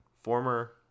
former